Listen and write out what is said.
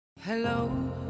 hello